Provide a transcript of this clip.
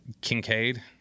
Kincaid